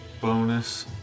bonus